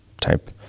type